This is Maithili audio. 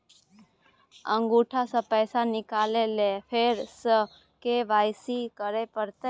अंगूठा स पैसा निकाले लेल फेर स के.वाई.सी करै परतै?